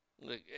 Look